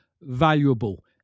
valuable